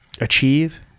achieve